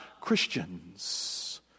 Christians